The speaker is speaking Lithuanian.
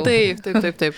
tai kad taip taip